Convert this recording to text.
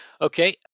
Okay